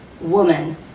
woman